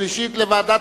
בעד,